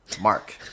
Mark